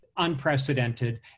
unprecedented